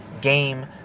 game